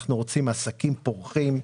אנחנו רוצים עסקים פורחים.